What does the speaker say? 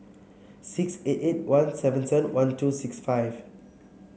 six eight eight one seven seven one two six five